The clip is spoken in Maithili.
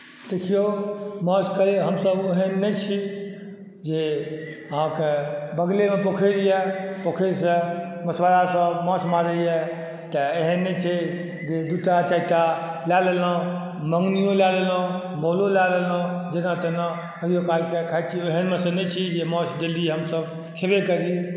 देखियौ माछ तरे हमसभ ओहन नहि छी जे अहाँके बगलेमे पोखरि यए पोखरिसँ मछुआरासभ माछ मारैए तऽ एहन नहि छै जे दूटा चारिटा लए लेलहुँ मङ्गनियो लए लेलहुँ मोलो लए लेलहुँ जेना तेना कहिओ कालके खाइत छी ओहनमेसँ नहि छी जे माछ डेली हमसभ खयबे करी